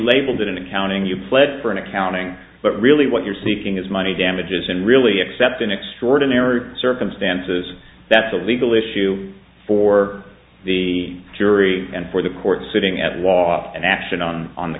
labeled an accounting you pled for an accounting but really what you're seeking is money damages and really except in extraordinary circumstances that's a legal issue for the jury and for the court sitting at lot and action on on the